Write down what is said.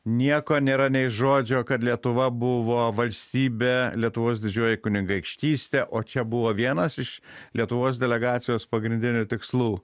nieko nėra nei žodžio kad lietuva buvo valstybė lietuvos didžioji kunigaikštystė o čia buvo vienas iš lietuvos delegacijos pagrindinių tikslų